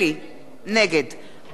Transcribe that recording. נגד דב חנין,